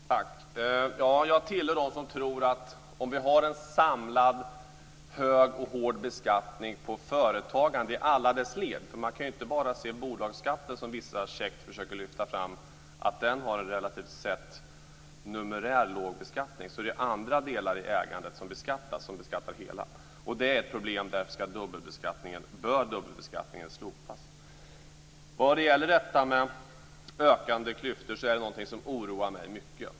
Fru talman! Jag tillhör dem som tycker att vi har en för hög och hård beskattning på företagande i alla dess led. Man kan ju inte bara se till bolagsskatten, även om vissa käckt försöker lyfta fram att den relativt sett är numerärt låg. Det är ju andra delar i ägandet som också beskattas. Detta är ett problem, och därför bör dubbelbeskattningen slopas. Det här med ökande klyftor är någonting som oroar mig mycket.